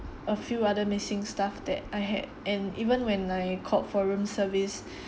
a few other missing stuff that I had and even when I called for room service